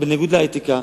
בניגוד לאתיקה,